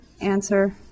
answer